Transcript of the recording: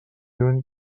lluny